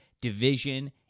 division